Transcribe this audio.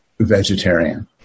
vegetarian